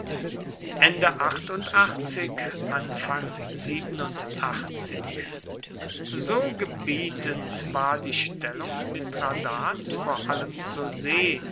so gebietend war die stellung mithradats vor allem zur see